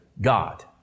God